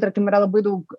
tarkim yra labai daug